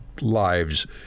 lives